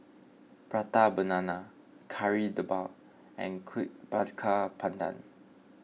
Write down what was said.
Prata Banana Kari Debal and Kuih Bakar Pandan